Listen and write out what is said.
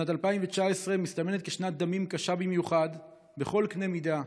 שנת 2019 מסתמנת כשנת דמים קשה במיוחד בכל אמת מידה,